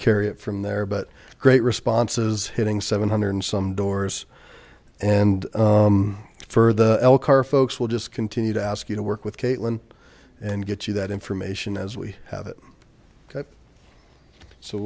carry it from there but great responses hitting seven hundred and some doors and for the elk our folks will just continue to ask you to work with caitlin and get you that information as we have it